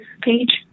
page